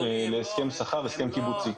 הסכם שכר או הסכם קיבוצי.